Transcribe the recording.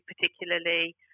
particularly